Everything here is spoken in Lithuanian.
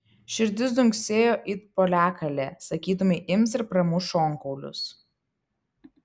širdis dunksėjo it poliakalė sakytumei ims ir pramuš šonkaulius